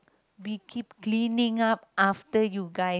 we keep cleaning up after you guys